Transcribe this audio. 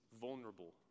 vulnerable